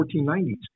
1490s